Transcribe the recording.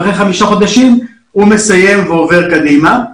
ואחרי חמישה חודשים הוא מסיים ועובר קדימה.